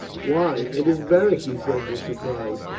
why, it is beric! he said in surprise.